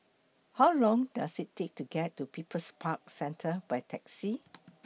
How Long Does IT Take to get to People's Park Centre By Taxi